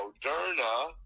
Moderna